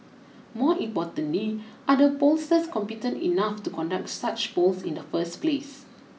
more importantly are the pollsters competent enough to conduct such polls in the first place